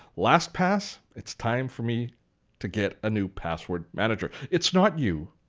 lastpass, it's time for me to get a new password manager. it's not you.